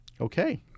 Okay